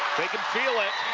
they can feel it.